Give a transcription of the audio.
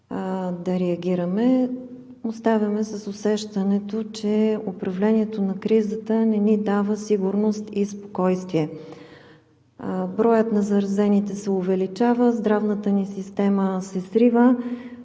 да реагираме, оставаме с усещането, че управлението на кризата не ни дава сигурност и спокойствие. Броят на заразените се увеличава, здравната ни система се срива.